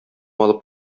алып